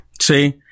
See